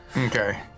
Okay